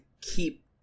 keep